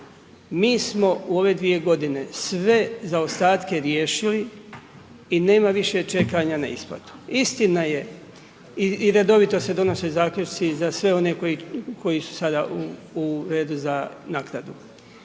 Mi smo u ove 2 g. sve zaostatke riješili ni nema više čekanja na isplatu. Istina je i redovito se donose zaključci za sve one koji su sada u redu za naknadu.